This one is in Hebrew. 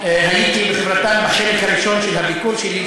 הייתי בחברתן בחלק הראשון של הביקור שלי,